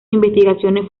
investigaciones